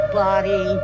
body